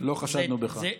לא חשדנו בך.